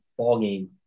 ballgame